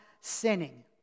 sinning